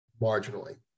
marginally